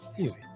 Easy